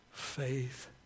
faith